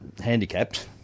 handicapped